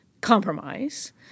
compromise